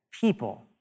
people